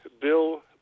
bill